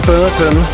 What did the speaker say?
Burton